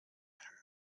her